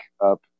up